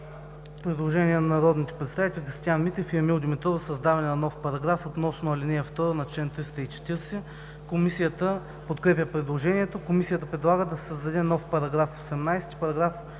Предложение на народните представители